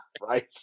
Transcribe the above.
Right